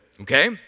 Okay